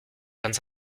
vingt